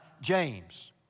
James